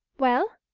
well?